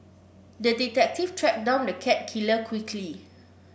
the detective tracked down the cat killer quickly